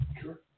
Sure